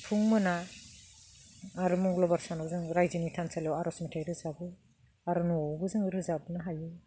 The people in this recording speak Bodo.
फुं मोना आरो मंगलबार सानाव जोङो रायजोनि थानसालियाव आर'ज मेथाइ रोजाबो आरो न'आवबो जों रोजाबनो हायो